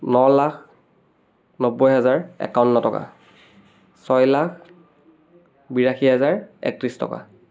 ন লাখ নব্বৈ হাজাৰ একাৱন্ন টকা ছয় লাখ বিৰাশী হাজাৰ একত্ৰিছ টকা